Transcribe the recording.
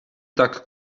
tak